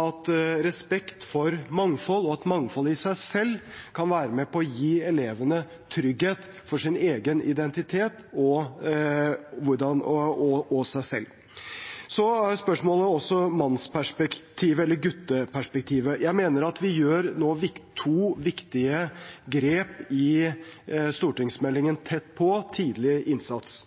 at respekt for mangfold – og mangfoldet i seg selv – kan være med på å gi elevene trygghet for egen identitet og seg selv. Så er spørsmålet også mannsperspektivet, eller gutteperspektivet. Jeg mener at vi nå tar to viktige grep i stortingsmeldingen Tett på – om tidlig innsats.